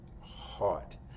heart